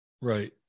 Right